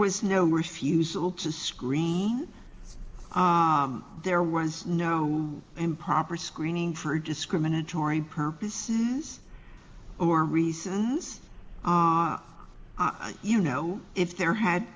was no refusal to scream there was no improper screening for discriminatory purposes or reasons you know if there had